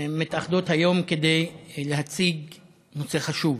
מתאחדות היום כדי להציג נושא חשוב,